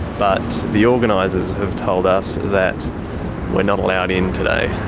but the organisers have told us that we're not allowed in today.